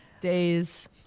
days